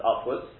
upwards